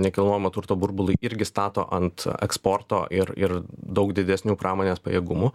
nekilnojamo turto burbului irgi stato ant eksporto ir ir daug didesnių pramonės pajėgumų